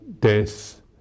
death